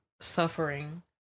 suffering